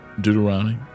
deuteronomy